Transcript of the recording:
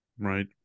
Right